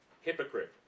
Hypocrite